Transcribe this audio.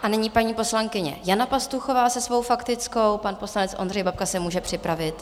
A nyní paní poslankyně Jana Pastuchová se svou faktickou, pan poslanec Ondřej Babka se může připravit.